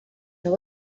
això